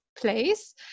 place